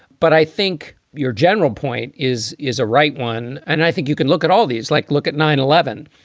but i think your general point is, is a right one. and i think you can look at all these like look at nine zero and